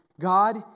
God